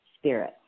spirit